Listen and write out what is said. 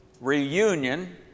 reunion